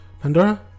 Pandora